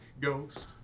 ghost